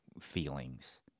feelings